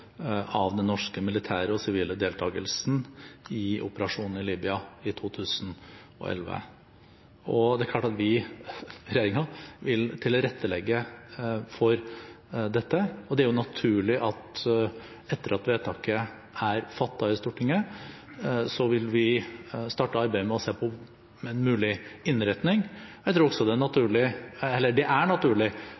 av den norske militære og sivile deltakelsen i operasjonen i Libya i 2011. Det er klart at regjeringen vil tilrettelegge for dette, og det er naturlig at vi etter at vedtaket er fattet i Stortinget, vil starte arbeidet med å se på en mulig innretning. Det er naturlig å diskutere dette med Stortinget underveis, slik vi gjorde i forbindelse med Afghanistan-utredningen. Replikkordskiftet er